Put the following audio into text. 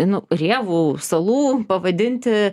nu rėvų salų pavadinti